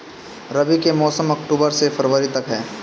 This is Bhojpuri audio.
रबी के मौसम अक्टूबर से फ़रवरी तक ह